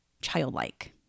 childlike